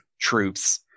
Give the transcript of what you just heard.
troops